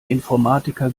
informatiker